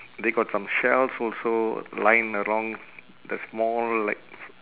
they got some shells also lying around the small like